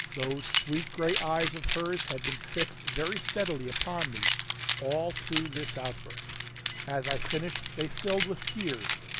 those sweet gray eyes of hers had been fixed very steadily upon me all through this outburst as i finished they filled with tears,